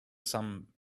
some